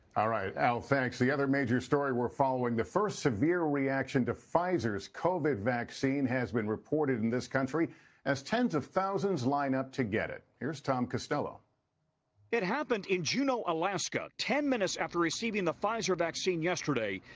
ah right. al, thanks the other major story we're following, the first severe reaction to pfizer's covid vaccine ha been reported in this country as tens of thousands line up to get it. here's tom costello. reporter it happened in juneau, alaska ten minutes after receiving the pfizer vaccine yesterday,